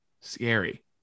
Scary